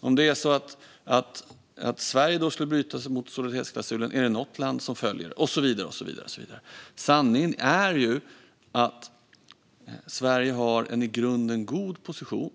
Om det är så att Sverige skulle bryta mot solidaritetsklausulen, är det då något land som följer den och så vidare? Sanningen är att Sverige har en i grund god position.